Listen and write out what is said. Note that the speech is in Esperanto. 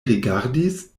rigardis